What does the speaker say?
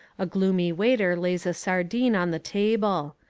a gloomy waiter lays a sardine on the table.